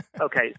Okay